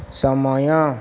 ସମୟ